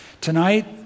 Tonight